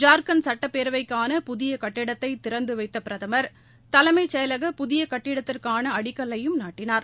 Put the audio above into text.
ஜார்க்கண்ட் சுட்டப்பேரவைக்கான புதிய கட்டிடத்தை திறந்து வைத்த பிரதமர் தலைமைச் செயலக புதிய கட்டிடத்திற்கான அடிக்கல்லையும் நாட்டினார்